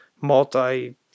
multi